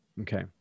Okay